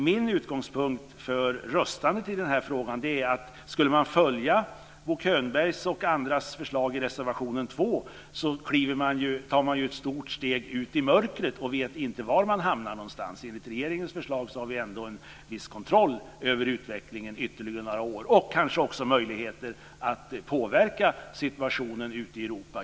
Min utgångspunkt för röstandet i den här frågan är att om man skulle följa Bo Könbergs och andras förslag i reservation 2 tar man ett stort steg ut i mörkret och vet inte var man hamnar. Enligt regeringens förslag har vi ändå en viss kontroll över utvecklingen ytterligare några år och kanske också möjligheter att påverka situationen ute i Europa.